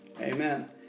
amen